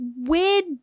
weird